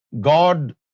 God